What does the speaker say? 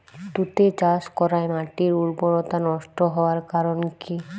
তুতে চাষ করাই মাটির উর্বরতা নষ্ট হওয়ার কারণ কি?